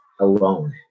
alone